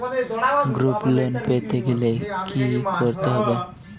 Group loan পেতে গেলে কি করতে হবে?